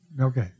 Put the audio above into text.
Okay